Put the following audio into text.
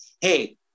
hey